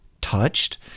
touched